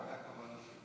זאת הייתה הכוונה שלו.